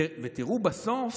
ותראו בסוף,